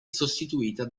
sostituita